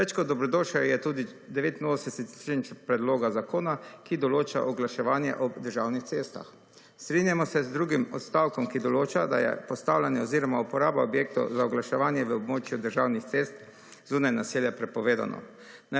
Več kot dobrodošel je tudi 89. člen predloga zakona, ki določa oglaševanje ob državnih cestah. Strinjamo se z drugim odstavkom, ki določa, da je postavljanje oziroma uporaba objektov za oglaševanje v območju državnih cest zunaj naselja prepovedano.